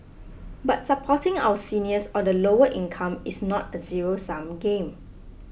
but supporting our seniors or the lower income is not a zero sum game